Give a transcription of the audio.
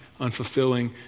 unfulfilling